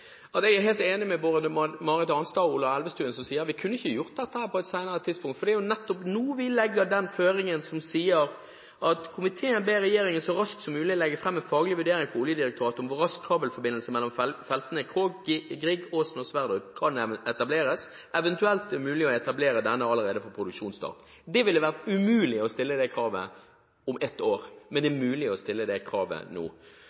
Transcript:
er: Jeg er helt enig med både Marit Arnstad og Ola Elvestuen som sier at vi ikke kunne gjort dette på et senere tidspunkt, for det er jo nettopp nå vi legger følgende føring: «Komiteen ber regjeringen så raskt som mulig legge fram en faglig vurdering fra Oljedirektoratet om hvor raskt kabelforbindelse mellom feltene Krog, Grieg, Aasen og Sverdrup kan etableres, eventuelt om det er mulig å etablere denne allerede fra produksjonsstart». Det ville vært umulig å stille det kravet om ett år, men det er mulig å stille det kravet nå.